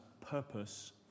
purpose